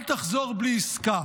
אל תחזור בלי עסקה.